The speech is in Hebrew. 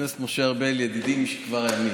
ידידי משכבר הימים.